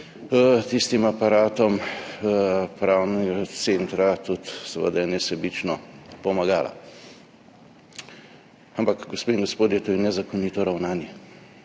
tistim aparatom pravnega centra tudi seveda nesebično pomagala. Ampak, gospe in gospodje, to je nezakonito ravnanje,